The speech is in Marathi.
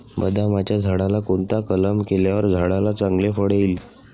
बदामाच्या झाडाला कोणता कलम केल्यावर झाडाला चांगले फळ येईल?